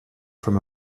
from